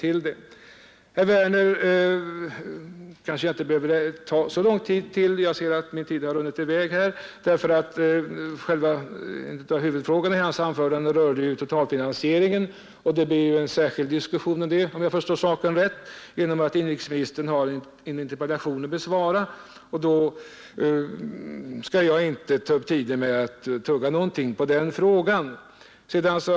Att bemöta herr Werner kanske inte behöver ta så lång tid; jag ser att min tid har runnit i väg. Huvudpunkten i herr Werners anförande rörde totalfinansieringen, och det blir — om jag förstått saken rätt — en särskild diskussion om det genom att inrikesministern har att besvara en interpellation i det sammanhanget. Då skall jag inte ta upp tiden genom att tugga på den frågan.